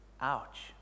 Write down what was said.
Ouch